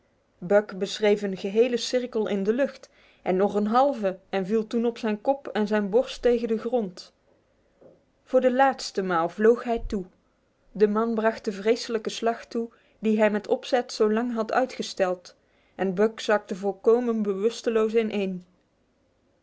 beschreef een gehele cirkel in de lucht en nog een halve en viel toen op zijn kop en zijn borst tegen de grond voor de laatste maal vloog hij toe de man bracht de vreselijke slag toe die hij met opzet zo lang had uitgesteld en buck zakte volkomen bewusteloos ineen